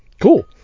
Cool